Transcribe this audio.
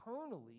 eternally